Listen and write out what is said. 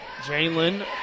Jalen